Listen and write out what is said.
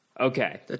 Okay